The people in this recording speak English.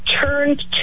turned